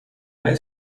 های